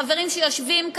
החברים שיושבים כאן,